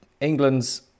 England's